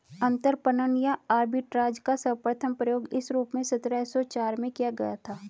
अंतरपणन या आर्बिट्राज का सर्वप्रथम प्रयोग इस रूप में सत्रह सौ चार में किया गया था